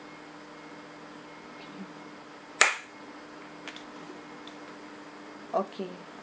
okay